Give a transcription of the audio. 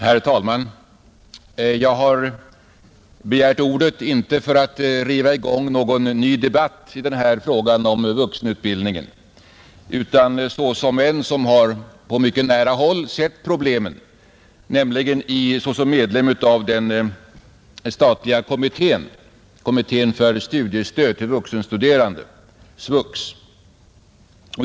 Herr talman! Jag har begärt ordet inte för att riva i gång någon ny debatt i frågan om vuxenutbildning utan därför att jag på mycket nära håll sett problemen, såsom medlem av den statliga kommittén för studiestöd åt vuxna, SVUX.